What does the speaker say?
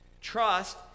Trust